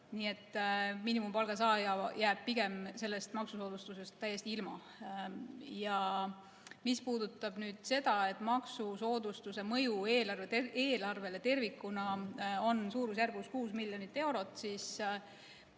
Nii et miinimumpalga saaja jääb pigem sellest maksusoodustusest täiesti ilma. Mis puudutab seda, et maksusoodustuse mõju eelarvele tervikuna on suurusjärgus 6 miljonit eurot, siis